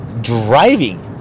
driving